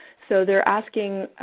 so, they're asking